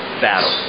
battle